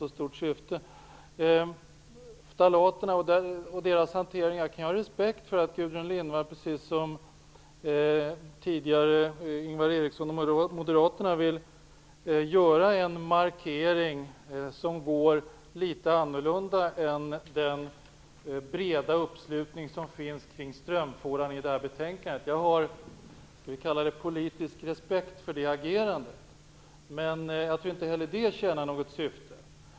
När det gäller ftalaterna och hanteringen av dem kan jag ha respekt för att Gudrun Lindvall, liksom Ingvar Eriksson och Moderaterna, vill göra en markering som är litet annorlunda än den breda uppslutning som finns kring strömfåran i det här betänkandet. Jag har vad vi kan kalla politisk respekt för det agerandet. Men jag tror inte att det heller tjänar något syfte.